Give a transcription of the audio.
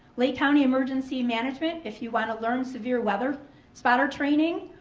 lake county emergency management. if you want to learn severe weather spotter training,